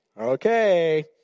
Okay